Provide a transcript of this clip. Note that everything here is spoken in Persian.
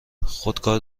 خودکار